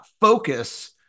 focus